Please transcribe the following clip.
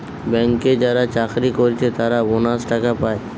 ব্যাংকে যারা চাকরি কোরছে তারা বোনাস টাকা পায়